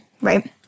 right